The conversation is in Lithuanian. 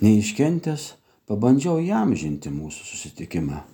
neiškentęs pabandžiau įamžinti mūsų susitikimą